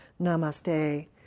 namaste